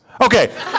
Okay